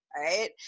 right